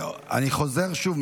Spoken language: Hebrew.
אני חוזר שוב.